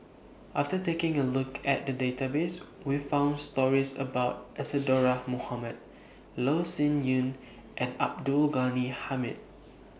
after taking A Look At The Database We found stories about Isadhora Mohamed Loh Sin Yun and Abdul Ghani Hamid